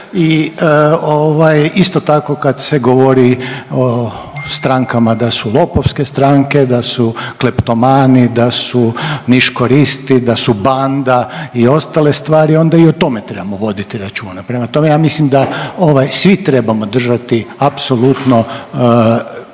isto tako kad se govori strankama da su lopovske stranke, da su kleptomani, da su niš koristi, da su banda i ostale stvari, onda i o tome trebamo voditi računa. Prema tome, ja mislim da ovaj svi trebamo držati apsolutno